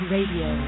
Radio